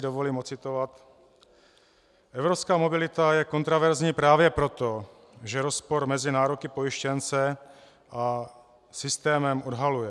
Dovolím si ocitovat: Evropská mobilita je kontroverzní právě proto, že rozpor mezi nároky pojištěnce a systémem odhaluje.